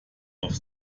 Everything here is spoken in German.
auf